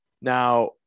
Now